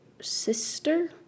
sister